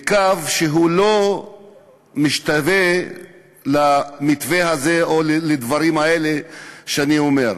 בקו שלא משתווה למתווה הזה או לדברים האלה שאני אומר.